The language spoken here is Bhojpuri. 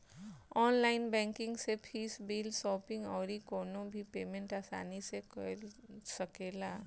ऑनलाइन बैंकिंग से फ़ीस, बिल, शॉपिंग अउरी कवनो भी पेमेंट आसानी से कअ सकेला